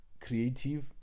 creative